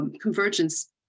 convergence